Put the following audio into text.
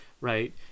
right